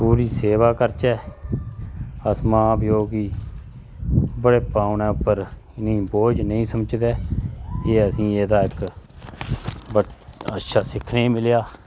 पूरी सेवा करचै अस मां प्यो गी बढापा औने उप्पर बोझ नेईं समझगे एह् असें एह्दा इक अच्छा सिक्खने मिलेआ